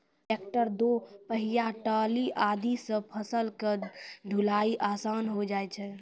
tractor, दो पहिया trolley आदि सॅ फसल के ढुलाई आसान होय जाय छै